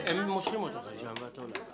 מושכים אותך לשם ואת עולה.